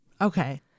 Okay